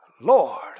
Lord